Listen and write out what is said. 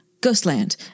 Ghostland